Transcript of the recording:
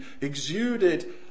exuded